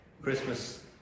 Christmas